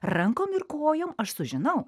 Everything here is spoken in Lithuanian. rankom ir kojom aš sužinau